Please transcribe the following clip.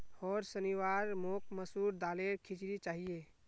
होर शनिवार मोक मसूर दालेर खिचड़ी चाहिए